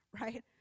Right